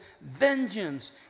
vengeance